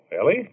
Ellie